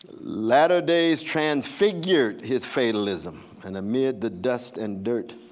latter days transfigured his fatalism, and amid the dust and dirt.